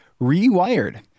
Rewired